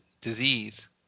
disease